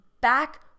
back